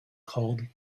called